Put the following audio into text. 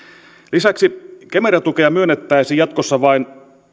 lisäksi kemera tukea myönnettäisiin jatkossa vain